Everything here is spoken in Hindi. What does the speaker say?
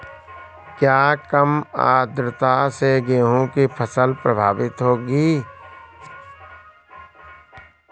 क्या कम आर्द्रता से गेहूँ की फसल प्रभावित होगी?